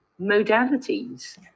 modalities